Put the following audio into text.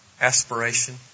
aspiration